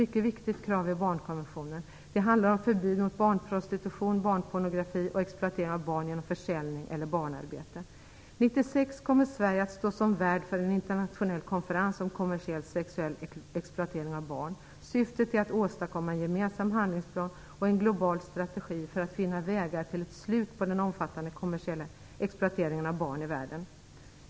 Mycket viktiga krav i barnkonventionen handlar om förbud mot barnprostitution, barnpornografi och exploatering av barn genom försäljning eller barnarbete. År 1996 kommer Sverige att stå som värd för en internationell konferens om kommersiell sexuell exploatering av barn. Syftet är att åstadkomma en gemensam handlingsplan och en global strategi för att finna vägar till ett slut på den omfattande kommersiella exploateringen av barn i världen.